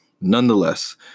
Nonetheless